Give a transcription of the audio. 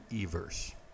Evers